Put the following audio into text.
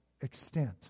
extent